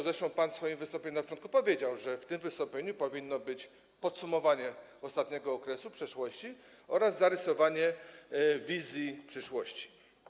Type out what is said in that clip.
Zresztą pan w swoim wystąpieniu na początku powiedział, że w tym wystąpieniu powinno być podsumowanie ostatniego okresu, przeszłości oraz zarysowanie wizji przyszłości.